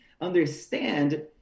understand